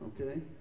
okay